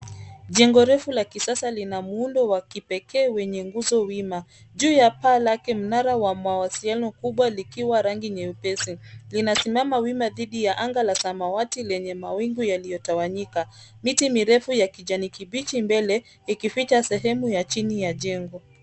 Jengo refu la kisasa lina muundo wa kipekee wenye nguzo wima. Juu yake paa la mnara wa mawasiliano mkubwa likiwa rangi nyepesi. Linasimama wima dhidi ya anga la samawati lenye mawingu yaliyotawanyika. Miti mirefu ya kijani kibichi mbele ikificha sehemu ya chini ya jengo.